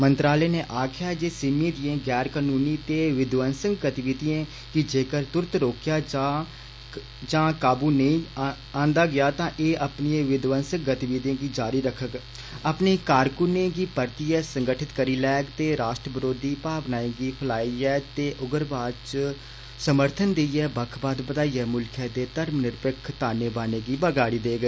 मंत्रालय ने आक्खे दा ऐ जे सिमी दिएं गैर कानूनी ते विधवंसक गतिविधियें गी जेकर तुरत रोकेआ जां काबू च नेईं आन्दा गेआ तां एह् अपनियें विध्वंसक गतिविधियें गी जारी रक्खग अपने कारकुनें गी परतिये संगठित करी लैग ते रॉश्ट्र विरोधी भावनाएं गी फैलाइये ते उग्रवाद च समर्थन देइये बक्ख वाद बदाइयै मुल्खै दे धर्मनिरपक्ख ताने बाने गी बिगाड़ी देग